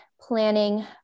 planning